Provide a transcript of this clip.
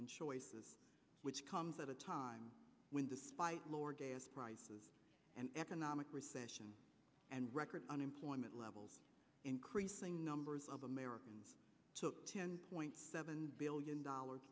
and choices which comes at a time when despite lower gas prices and economic recession and record unemployment levels increasing numbers of americans took ten point seven billion dollar